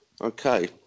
Okay